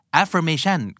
affirmation